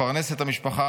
לפרנס את המשפחה,